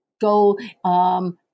go –